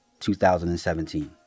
2017